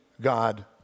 God